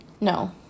No